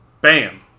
Bam